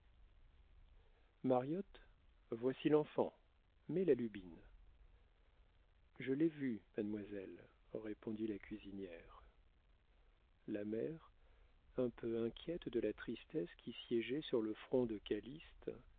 mariotte voici l'enfant mets la lubine je l'ai vu mademoiselle répondit la cuisinière la mère un peu inquiète de la tristesse qui siégeait sur le front de calyste